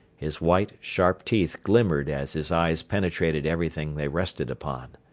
his white, sharp teeth glimmered as his eyes penetrated everything they rested upon.